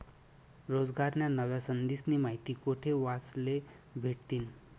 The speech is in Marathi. रोजगारन्या नव्या संधीस्नी माहिती कोठे वाचले भेटतीन?